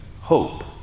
hope